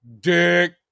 dick